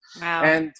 Wow